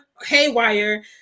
haywire